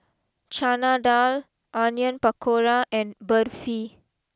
Chana Dal Onion Pakora and Barfi